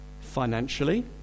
financially